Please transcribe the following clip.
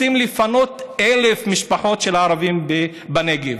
רוצים לפנות 1,000 משפחות של ערבים בנגב.